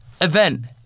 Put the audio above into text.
event